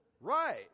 Right